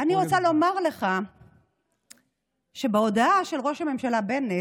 אני רוצה לומר לך שבהודעה של ראש הממשלה בנט,